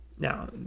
Now